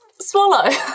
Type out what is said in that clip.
swallow